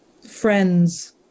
friends